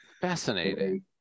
fascinating